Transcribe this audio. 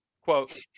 quote